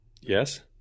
Yes